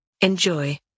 Enjoy